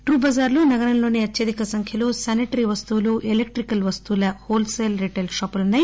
troupe బజార్లో నగరంలోనే అత్యధిక సంఖ్యలో శానిటరీ వస్తువులు ఎలక్టికల్ వస్తువుల హోల్ సేల్ రిటైల్ షాపులు ఉనా